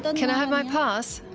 but can i have my pass!